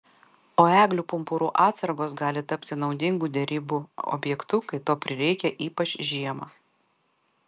o eglių pumpurų atsargos gali tapti naudingu derybų objektu kai to prireikia ypač žiemą